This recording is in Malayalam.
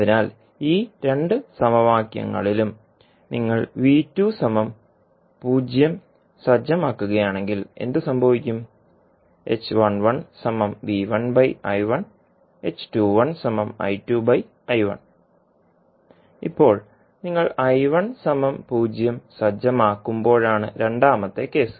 അതിനാൽ ഈ രണ്ട് സമവാക്യങ്ങളിലും നിങ്ങൾ 0 സജ്ജമാക്കുകയാണെങ്കിൽ എന്ത് സംഭവിക്കും ഇപ്പോൾ നിങ്ങൾ 0 സജ്ജമാക്കുമ്പോഴാണ് രണ്ടാമത്തെ കേസ്